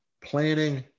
planning